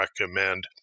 recommend